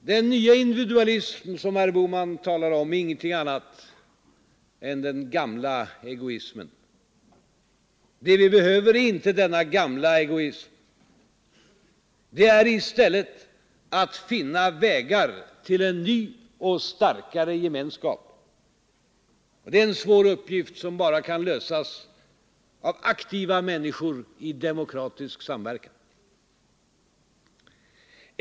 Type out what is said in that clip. Den nya individualism som herr Bohman talar om är ingenting annat än den gamla egoismen. Det vi behöver är inte denna gamla egoism. Det gäller i stället att finna vägar till en ny och starkare gemenskap. Det är en svår uppgift som endast kan lösas av aktiva människor i demokratisk samverkan.